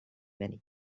many